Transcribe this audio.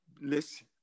listen